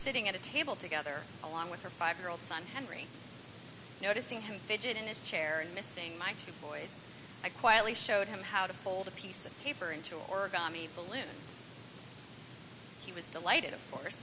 sitting at a table together along with her five year old son henry noticing him fidget in his chair and missing my two boys i quietly showed him how to fold a piece of paper into origami balloons he was delighted of course